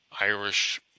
Irish